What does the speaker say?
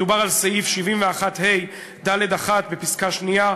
מדובר על סעיף 71ה(ד1) בפסקה השנייה,